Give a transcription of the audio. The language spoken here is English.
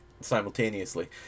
simultaneously